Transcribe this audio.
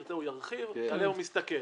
תרצה הוא ירחיב, עליהם הוא מסתכל.